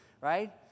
right